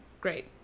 great